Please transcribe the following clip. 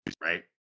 right